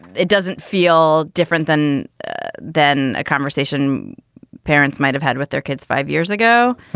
it doesn't feel different than than a conversation parents might have had with their kids five years ago